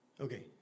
Okay